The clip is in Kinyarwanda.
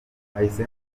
hahise